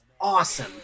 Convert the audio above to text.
awesome